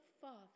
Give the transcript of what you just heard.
Father